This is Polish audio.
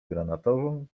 granatową